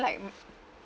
like